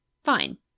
Fine